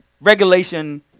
regulation